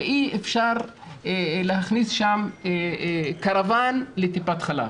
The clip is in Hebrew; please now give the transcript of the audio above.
ואי אפשר להכניס שם קרוואן לטיפת חלב,